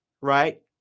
right